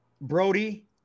Brody